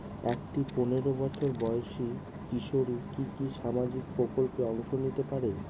একটি পোনেরো বছর বয়সি কিশোরী কি কি সামাজিক প্রকল্পে অংশ নিতে পারে?